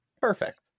Perfect